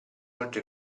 molto